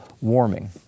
warming